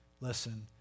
listen